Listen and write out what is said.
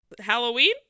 Halloween